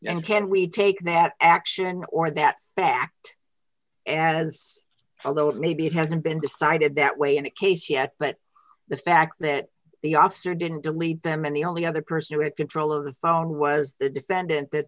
can we take that action or that fact as well though it may be it hasn't been decided that way in the case yet but the fact that the officer didn't delete them and the only other person who had control of the phone was the defendant that